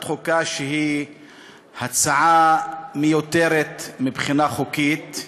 חוקה שהיא הצעה מיותרת מבחינה חוקית.